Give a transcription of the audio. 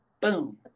boom